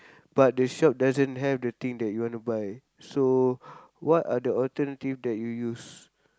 but the shop doesn't have the thing that you want to buy so what are the alternative that you use